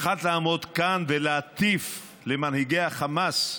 יכולת לעמוד כאן ולהטיף למנהיגי החמאס,